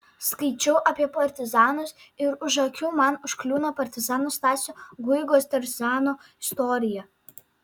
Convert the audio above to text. skaičiau apie partizanus ir už akių man užkliūna partizano stasio guigos tarzano istorija